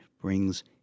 brings